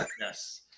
Yes